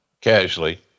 casually